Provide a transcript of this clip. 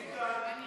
נתקבל.